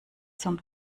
zum